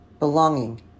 Belonging